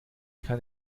kann